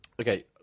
Okay